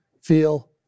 feel